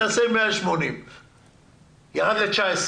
נעשה 180. המספר ירד ל-19.